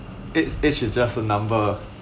age age is just a number